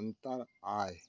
अंतर आय?